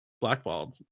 blackballed